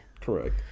Correct